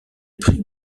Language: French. prix